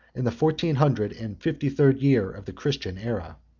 in the fourteen hundred and fifty-third year of the christian aera.